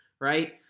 Right